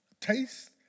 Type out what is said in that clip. taste